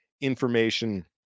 information